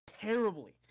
terribly